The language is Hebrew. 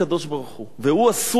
והוא אסור באזיקים.